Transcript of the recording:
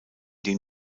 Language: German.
dem